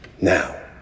Now